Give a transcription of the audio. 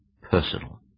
personal